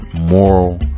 moral